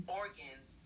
organs